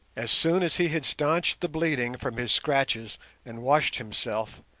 as soon as he had stanched the bleeding from his scratches and washed himself,